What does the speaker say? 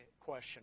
question